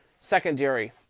secondary